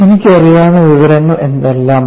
എനിക്കറിയാവുന്ന വിവരങ്ങൾ എന്താണ്